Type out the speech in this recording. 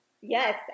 Yes